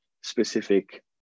specific